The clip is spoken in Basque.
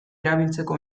erabiltzeko